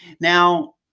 Now